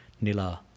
Nila